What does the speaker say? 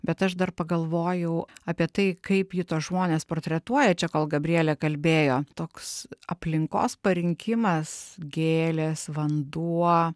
bet aš dar pagalvojau apie tai kaip ji tuos žmones portretuoja čia kol gabrielė kalbėjo toks aplinkos parinkimas gėlės vanduo